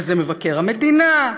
וזה מבקר המדינה,